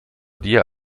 dir